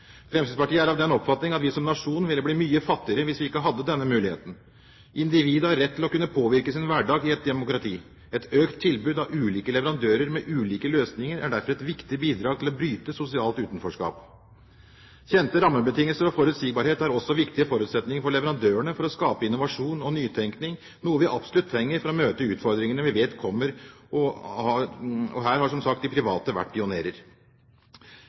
Fremskrittspartiet er av den oppfatning at vi som nasjon ville bli mye fattigere hvis vi ikke hadde denne muligheten. Individet har rett til å kunne påvirke sin hverdag i et demokrati. Et økt tilbud av ulike leverandører med ulike løsninger er derfor et viktig bidrag til å bryte sosialt utenforskap. Kjente rammebetingelser og forutsigbarhet er også viktige forutsetninger for leverandørene for å skape innovasjon og nytenkning, noe vi absolutt trenger for å møte utfordringene vi vet kommer. Og her har, som sagt, de private vært